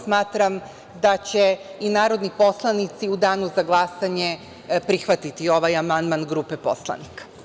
Smatram da će i narodni poslanici u danu za glasanje prihvatiti ovaj amandman grupe poslanika.